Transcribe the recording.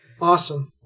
Awesome